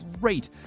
great